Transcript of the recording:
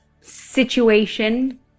situation